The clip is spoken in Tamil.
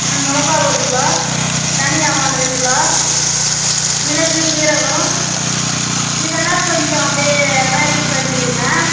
ம் மிளகா ஒரு கிலோ தனியா ஒன்ரை கிலோ மிளகு சீரகம் இதெல்லாம் கொஞ்சம் அப்படியே பாக்கெட் பண்ணிடுங்க